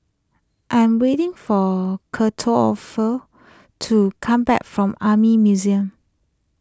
I am waiting for kettle offer to come back from Army Museum